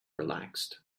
relaxed